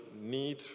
need